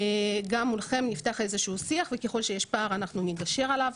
גם מולכם נפתח איזה שהוא שיח וככל שיש פער אנחנו נגשר עליו.